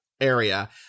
area